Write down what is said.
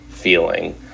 feeling